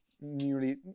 Nearly